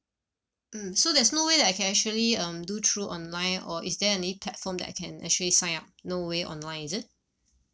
mm so there's no way that I can actually um do through online or is there any platform that I can actually sign up no way online is it